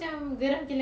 ya